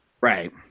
Right